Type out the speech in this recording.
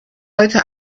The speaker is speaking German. heute